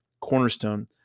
cornerstone